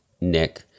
Nick